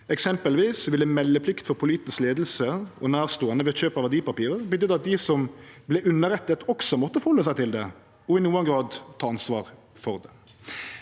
«Eksempelvis ville meldeplikt for politisk ledelse og nærstående ved kjøp av verdipapirer betydd at de som ble underrettet også måtte forholde seg til det og i noen grad være med å ta ansvar for det.»